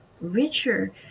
richer